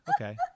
okay